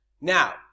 Now